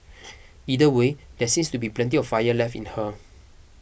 either way there seems to be plenty of fire left in her